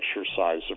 exercise